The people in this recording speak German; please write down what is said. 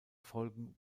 folgen